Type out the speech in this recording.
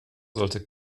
sollte